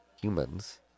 humans